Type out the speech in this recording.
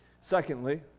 Secondly